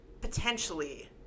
potentially